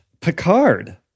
picard